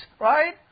Right